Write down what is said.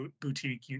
boutique